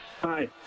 Hi